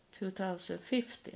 2015